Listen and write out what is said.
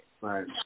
Right